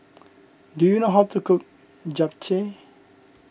do you know how to cook Japchae